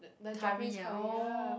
the Japanese Curry ya